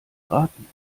raten